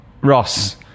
ross